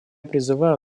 призываю